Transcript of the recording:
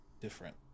different